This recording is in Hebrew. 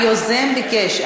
היוזם ביקש.